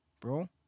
bro